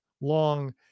long